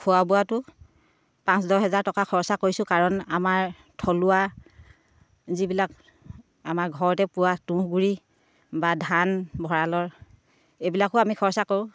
খোৱা বোৱাটো পাঁচ দহ হেজাৰ টকাৰ খৰচা কৰিছোঁ কাৰণ আমাৰ থলুৱা যিবিলাক আমাৰ ঘৰতে পুৱা তুঁহ গুড়ি বা ধান ভঁৰালৰ এইবিলাকো আমি খৰচা কৰোঁ